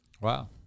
wow